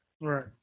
Right